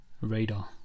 Radar